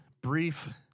brief